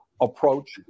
approach